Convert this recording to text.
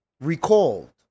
recalled